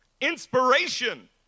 inspiration